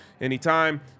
anytime